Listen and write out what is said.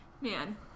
Man